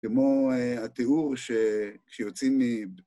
כמו התיאור ש... כשיוצאים מ...